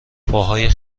پاهای